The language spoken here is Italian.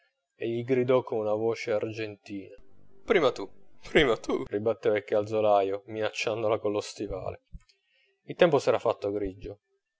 e gli gridò con la voce argentina prima tu prima tu ribatteva il calzolaio minacciandola con lo stivale il tempo s'era fatto grigio